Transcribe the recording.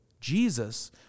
Jesus